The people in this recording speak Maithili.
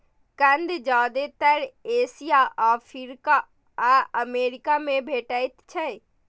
कंद जादेतर एशिया, अफ्रीका आ अमेरिका मे भेटैत छैक